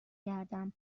گردم